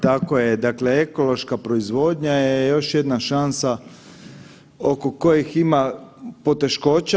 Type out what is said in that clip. Tako je, dakle ekološka proizvodnja je još jedna šansa oko kojih ima poteškoća.